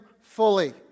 fully